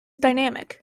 dynamic